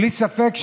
בלי ספק,